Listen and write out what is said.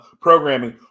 programming